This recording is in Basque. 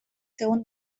zigun